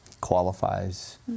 qualifies